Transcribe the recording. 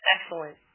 Excellent